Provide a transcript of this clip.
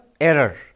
Error